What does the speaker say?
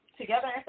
together